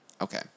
okay